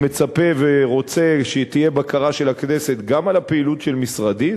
אני מצפה ורוצה שתהיה בקרה של הכנסת גם על הפעילות של משרדי.